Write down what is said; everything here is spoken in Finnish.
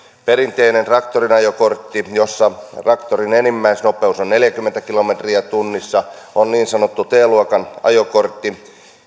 perinteinen traktorin ajokortti jossa traktorin enimmäisnopeus on neljäkymmentä kilometriä tunnissa on niin sanottu t luokan ajokortti